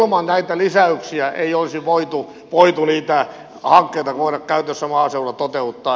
ilman näitä lisäyksiä ei olisi voitu niitä hankkeita käytännössä maaseudulla toteuttaa